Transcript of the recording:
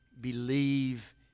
believe